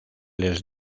les